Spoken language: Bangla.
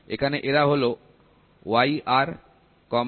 এখানে এরা হল yr ya এবং yb